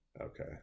Okay